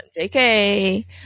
jk